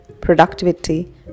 productivity